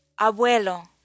Abuelo